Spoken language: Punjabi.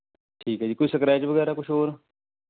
ਠੀਕ ਹੈ ਜੀ ਕੋਈ ਸਕ੍ਰੈਚ ਵਗੈਰਾ ਕੁਛ ਹੋਰ